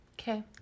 Okay